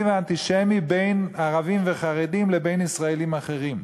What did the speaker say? ואנטישמי בין ערבים וחרדים לבין ישראלים אחרים?